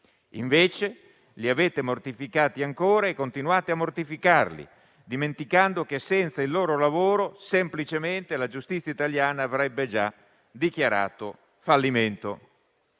Invece li avete mortificati ancora e continuate a mortificarli, dimenticando che, senza il loro lavoro, semplicemente la giustizia italiana avrebbe già dichiarato fallimento.